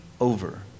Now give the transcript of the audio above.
over